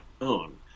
own